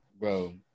Bro